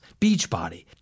Beachbody